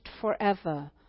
forever